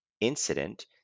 incident